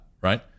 right